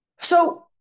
So-